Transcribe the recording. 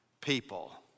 people